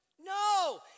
No